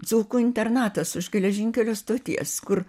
dzūkų internatas už geležinkelio stoties kur